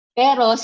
pero